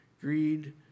greed